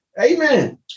Amen